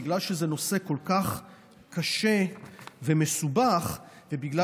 בגלל שזה נושא כל כך קשה ומסובך ובגלל